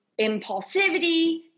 impulsivity